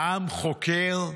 העם חוקר?